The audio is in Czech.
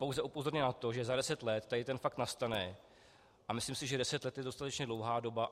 Pouze upozorňuje na to, že za deset let tady ten fakt nastane, a myslím si, že deset let je dostatečně dlouhá doba.